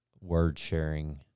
word-sharing